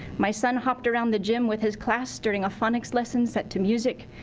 my son hopped around the gym with his class during a phonics lessons set to music.